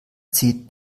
zieht